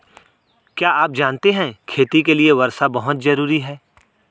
क्या आप जानते है खेती के लिर वर्षा बहुत ज़रूरी है?